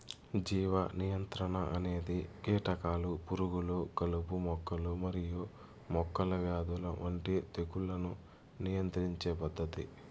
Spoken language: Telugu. జీవ నియంత్రణ అనేది కీటకాలు, పురుగులు, కలుపు మొక్కలు మరియు మొక్కల వ్యాధుల వంటి తెగుళ్లను నియంత్రించే పద్ధతి